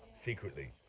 secretly